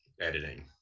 editing